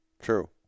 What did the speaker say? True